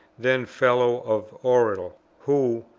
then fellow of oriel who,